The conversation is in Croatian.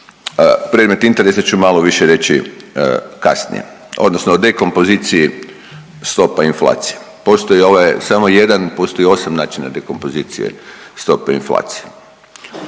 predmet interesa ću malo više reći kasnije odnosno o dekompoziciji stopa inflacije. Postoje ovo je samo jedan, postoji osam načina dekompozicije stope inflacije.